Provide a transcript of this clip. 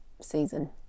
season